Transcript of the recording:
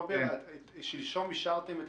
שלשום דחיתם את